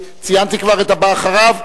ציינתי כבר את הבא אחריו?